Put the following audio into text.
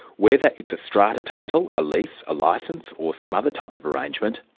whether it's a strata title, a lease, a license or some other type of arrangement,